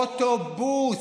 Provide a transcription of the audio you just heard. אוטובוס.